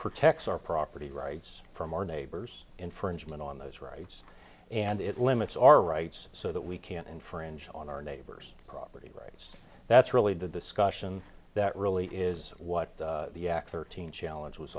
protects our property rights from our neighbors infringement on those rights and it limits our rights so that we can't infringe on our neighbor's property rights that's really the discussion that really is what the act thirteen challenge was